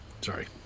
Sorry